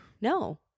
No